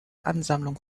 ansammlung